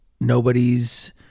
Nobody's